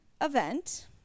event